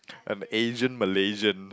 an Asian Malaysian